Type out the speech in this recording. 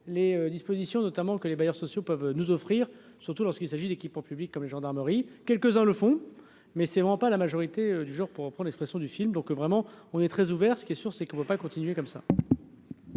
les dispositions notamment que les bailleurs sociaux peuvent nous offrir, surtout lorsqu'il s'agit d'équipements publics comme les gendarmeries quelques-uns le font, mais c'est vraiment pas la majorité du jour pour prendre l'expression du film, donc vraiment on est très ouvert, ce qui est sûr, c'est qu'on ne peut pas continuer comme ça.